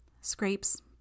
Scrapes